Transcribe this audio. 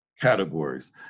categories